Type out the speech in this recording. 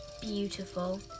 beautiful